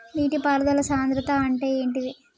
నీటి పారుదల సంద్రతా అంటే ఏంటిది?